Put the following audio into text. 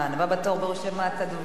הבאה בתור ברשימת הדוברים,